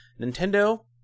Nintendo